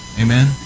Amen